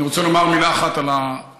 אני רוצה לומר מילה אחת על העניין